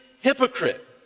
hypocrite